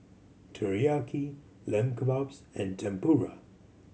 Teriyaki Lamb Kebabs and Tempura